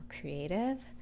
creative